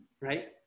right